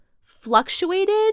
fluctuated